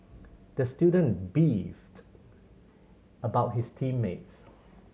the student beefed about his team mates